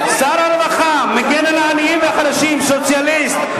שר הרווחה, מגן על העניים והחלשים, סוציאליסט.